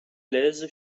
l’aise